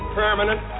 permanent